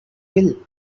will